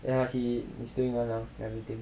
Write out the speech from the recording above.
ya lah he is doing well everything